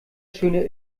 schöne